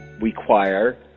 require